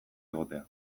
egotea